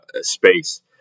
space